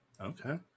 Okay